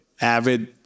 avid